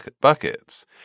buckets